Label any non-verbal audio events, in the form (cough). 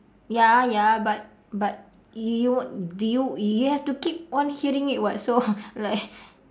ya ya but but you do you you have to keep on hearing it what so (laughs) like (laughs)